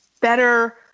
better